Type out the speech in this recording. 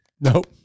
nope